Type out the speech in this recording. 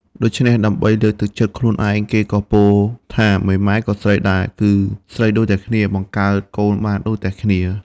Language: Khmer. ដូច្នេះ ដើម្បីលើកទឹកចិត្តខ្លួនឯង គេក៏ពោលថា មេម៉ាយក៏ស្រីដែរ គឺស្រីដូចតែគ្នា បង្កើតកូនបានដូចតែគ្នា ។